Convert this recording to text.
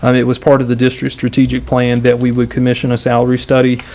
um it was part of the district strategic plan that we would commissioned a salary study.